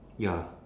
ya